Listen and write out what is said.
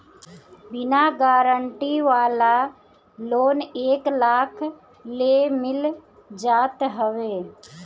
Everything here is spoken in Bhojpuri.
बिना गारंटी वाला लोन एक लाख ले मिल जात हवे